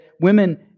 women